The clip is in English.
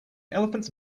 elephants